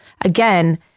again